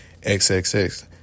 XXX